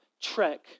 trek